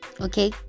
Okay